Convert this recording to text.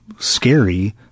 Scary